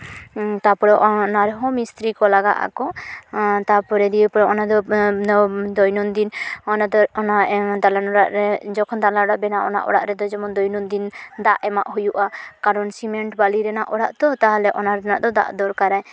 ᱛᱟᱯᱚᱨᱮ ᱚᱱᱟ ᱨᱮᱦᱚᱸ ᱢᱤᱥᱛᱨᱤ ᱠᱚ ᱞᱟᱜᱟᱜᱼᱟ ᱠᱚ ᱛᱟᱯᱚᱨᱮ ᱫᱤᱭᱮ ᱯᱚᱨᱮ ᱚᱱᱟ ᱫᱚ ᱫᱳᱭᱱᱳᱱᱫᱤᱱ ᱚᱱᱟ ᱫᱚ ᱚᱱᱟ ᱫᱟᱞᱟᱱ ᱚᱲᱟᱜ ᱨᱮ ᱡᱚᱠᱷᱚᱱ ᱫᱟᱞᱟᱱ ᱚᱲᱟᱜ ᱵᱮᱱᱟᱣᱟ ᱚᱱᱟ ᱫᱟᱞᱟᱱ ᱚᱲᱟᱜ ᱨᱮᱫᱚ ᱫᱳᱭᱱᱳᱱᱫᱤᱱ ᱫᱟᱜ ᱮᱢᱚᱜ ᱦᱩᱭᱩᱜᱼᱟ ᱠᱟᱨᱚᱱ ᱥᱤᱢᱮᱱᱴ ᱵᱟᱞᱤ ᱨᱮᱱᱟᱜ ᱚᱲᱟᱜ ᱛᱚ ᱛᱟᱦᱞᱮ ᱚᱱᱟ ᱨᱮᱱᱟᱜ ᱫᱚ ᱫᱟᱜ ᱫᱚᱨᱠᱟᱨᱟᱭ